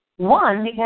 One